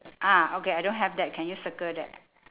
ah okay I don't have that can you circle that